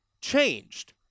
changed